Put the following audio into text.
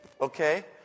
okay